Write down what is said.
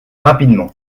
rapidement